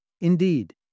Indeed